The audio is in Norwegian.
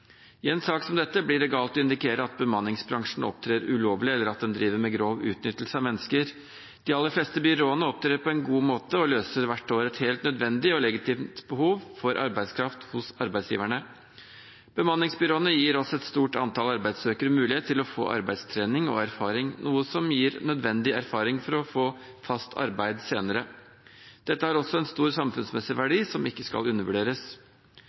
I en sak som dette blir det galt å indikere at bemanningsbransjen opptrer ulovlig, eller at den driver med grov utnyttelse av mennesker. De aller fleste byråene opptrer på en god måte og løser hvert år et helt nødvendig og legitimt behov for arbeidskraft hos arbeidsgiverne. Bemanningsbyråene gir også et stort antall arbeidssøkere mulighet til å få arbeidstrening og erfaring, noe som gir dem nødvendig erfaring for å få fast arbeid senere. Dette har også en stor samfunnsmessig verdi som ikke skal undervurderes.